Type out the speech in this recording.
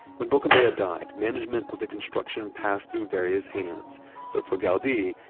when boccabella died, management of the construction passed through various hands but for gaudi,